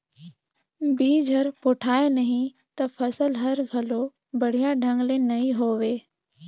बिज हर पोठाय नही त फसल हर घलो बड़िया ढंग ले नइ होवे